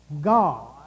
God